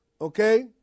okay